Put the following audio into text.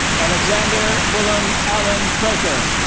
alexander willem alan croker